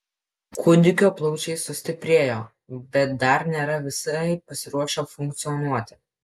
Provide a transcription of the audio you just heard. kūdikio plaučiai sustiprėjo bet dar nėra visai pasiruošę funkcionuoti